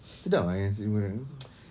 sedap ah yang nasi sambal goreng tu